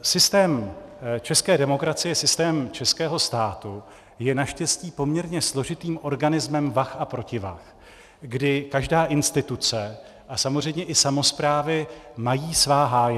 Systém české demokracie, systém českého státu je naštěstí poměrně složitým organismem vah a protivah, kdy každá instituce a samozřejmě i samosprávy mají svá hájemství.